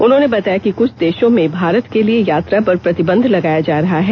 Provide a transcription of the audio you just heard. उन्होंने बताया कि कुछ देशों से भारत के लिए यात्रा पर प्रतिबंध लगाया जा रहा है